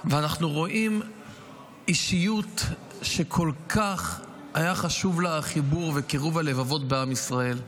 אנחנו רואים אישיות שכל כך היה חשוב לה החיבור וקירוב הלבבות בעם ישראל.